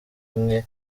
imwe